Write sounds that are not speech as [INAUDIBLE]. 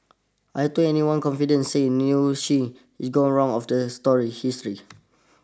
I don't anyone confident say [UNINTELLIGIBLE] she [UNINTELLIGIBLE] of the story history